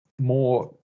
more